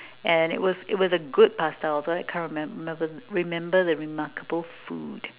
and it was it was a good pasta although I can't remem~ remember the remember the remarkable food